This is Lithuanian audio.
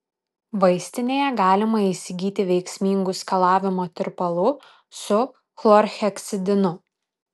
vaistinėje galima įsigyti veiksmingų skalavimo tirpalų su chlorheksidinu